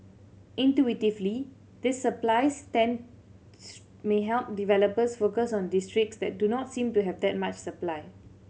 intuitively this supply stand may help developers focus on districts that do not seem to have that much supply